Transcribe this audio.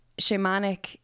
shamanic